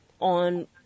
on